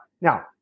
Now